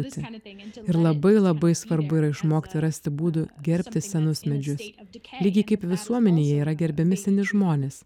būti ir labai labai svarbu yra išmokti rasti būdų gerbti senus medžius lygiai kaip visuomenėje yra gerbiami seni žmonės